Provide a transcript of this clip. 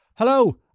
Hello